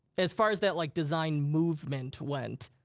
as far as that like design movement went,